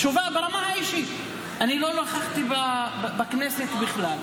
תשובה ברמה האישית: אני לא נכחתי בכנסת בכלל.